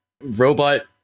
robot